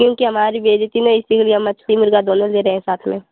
क्योंकि हमारी बेइज्जती न हो इसलिए हम मछली और मुर्गा दोनों ले रहे हैं साथ में